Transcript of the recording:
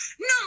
No